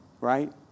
right